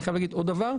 אני חייב לומר עוד דבר.